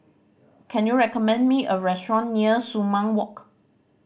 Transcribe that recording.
can you recommend me a restaurant near Sumang Walk